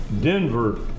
Denver